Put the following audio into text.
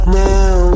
now